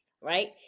right